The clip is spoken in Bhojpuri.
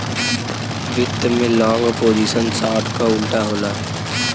वित्त में लॉन्ग पोजीशन शार्ट क उल्टा होला